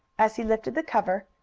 as he lifted the cover,